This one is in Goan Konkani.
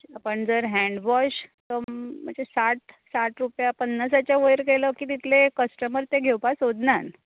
हँडवॉश तो म्हणजे साठ रुपया पन्नासाच्या वयर गेलो की तितले कस्टमर ते घेवपाक सोदना